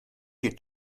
est